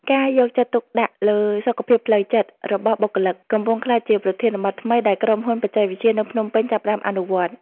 ការយកចិត្តទុកដាក់លើ សុខភាពផ្លូវចិត្ត របស់បុគ្គលិក កំពុងក្លាយជាប្រធានបទថ្មីដែលក្រុមហ៊ុនបច្ចេកវិទ្យានៅភ្នំពេញចាប់ផ្ដើមអនុវត្ត។